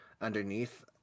underneath